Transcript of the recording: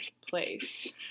place